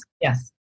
Yes